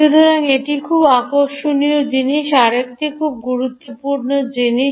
সুতরাং এটি খুব আকর্ষণীয় জিনিস আরেকটি এটি খুব গুরুত্বপূর্ণ জিনিস